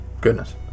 goodness